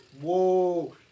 Whoa